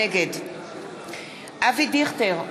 נגד אבי דיכטר,